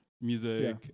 Music